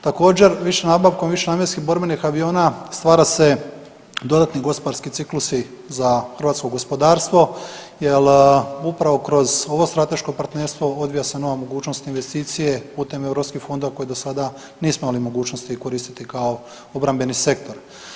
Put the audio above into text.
Također, više nabavkom višenamjenskih borbenih aviona stvara se dodatni gospodarski ciklusi za hrvatsko gospodarstvo jel upravo kroz ovo strateško partnerstvo odvija se nova mogućnost investicije putem europskih fondova koje do sada nismo imali mogućnosti koristiti kao obrambeni sektor.